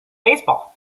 baseball